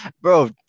Bro